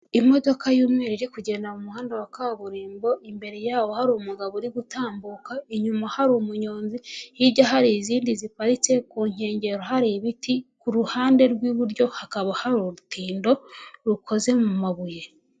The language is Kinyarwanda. Imodoka y'umweru iri kugenda mu muhanda wa kaburimbo, imbere yawo hari umugabo uri gutambuka, inyuma hari umunyonzi, hirya hari izindi ziparitse, ku nkengero hari ibiti, ku ruhande rw'iburyo hakaba hari urutindo rukoze mu mabuye.